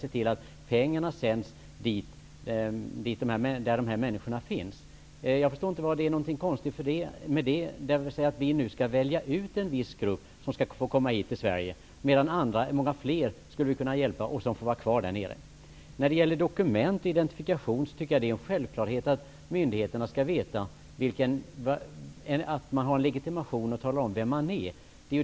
Pengarna skall sändas dit där människorna finns. Jag förstår inte vad det är för konstigt med det. I stället för att välja ut en viss grupp som får komma hit till Sverige kan vi hjälpa många fler som är kvar. Vidare har vi frågan om dokument och identifikation. Jag tycker att det är en självklarhet att var och en skall ha en legitimation som talar om vem de är.